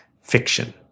fiction